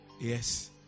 Yes